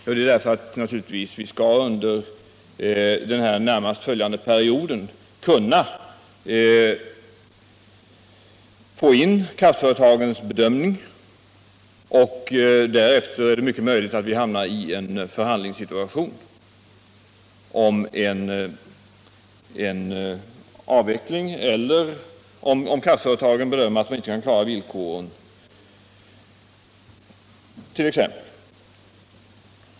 Jo, naturligtvis därför att vi under den närmast följande perioden skall kunna få del av kraftföretagens bedömning. Därefter är det möjligt att vi hamnar i en förhandlingssituation om en avveckling, ifall kraftföretagen bedömer det så att de inte kan uppfylla villkoren t.ex.